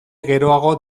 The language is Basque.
geroago